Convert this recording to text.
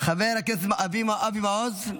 חבר הכנסת אבי מעוז,